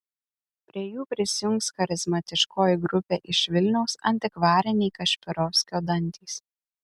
prie jų prisijungs charizmatiškoji grupė iš vilniaus antikvariniai kašpirovskio dantys